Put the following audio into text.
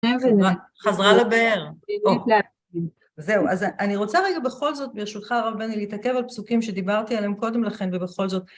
חזרה לבאר. זהו, אז אני רוצה רגע בכל זאת בראשותך הרב בני להתעכב על פסוקים שדיברתי עליהם קודם לכן, ובכל זאת...